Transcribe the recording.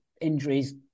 injuries